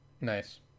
Nice